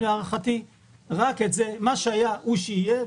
מה שהיה הוא שיהיה,